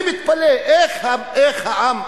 אני מתפלא איך העם,